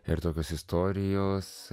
ir tokios istorijos